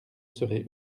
serai